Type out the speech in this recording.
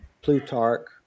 Plutarch